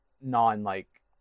non-like